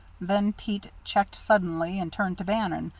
then pete checked suddenly and turned to bannon.